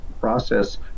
process